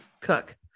cook